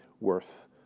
worth